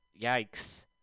yikes